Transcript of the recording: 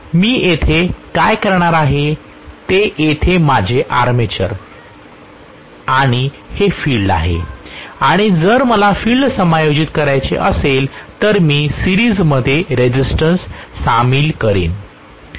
मी येथे काय करणार आहे ते येथे माझे आर्मेचर आणि हे फील्ड आहे आणि जर मला फील्ड समायोजित करायचे असेल तर मी सीरीजमध्ये रेसिस्टन्स सामील करीन